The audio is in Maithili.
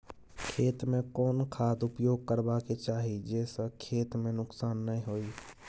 खेत में कोन खाद उपयोग करबा के चाही जे स खेत में नुकसान नैय होय?